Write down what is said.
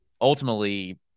ultimately